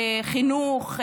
חינוך,